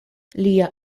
lia